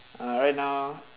uh right now